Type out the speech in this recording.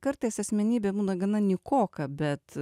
kartais asmenybė būna gana nykoka bet